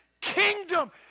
kingdom